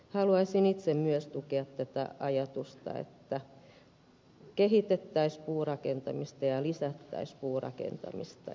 haluaisin itse myös tukea tätä ajatusta että kehitettäisiin ja lisättäisiin puurakentamista